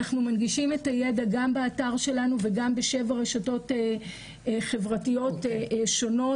אנחנו מנגישים את הידע גם באתר שלנו וגם בשבע רשתות חברתיות שונות.